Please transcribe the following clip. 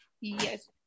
Yes